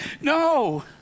No